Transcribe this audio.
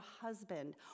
husband